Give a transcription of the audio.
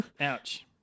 Ouch